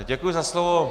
Děkuji za slovo.